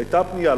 היתה פנייה,